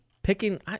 Picking